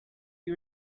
you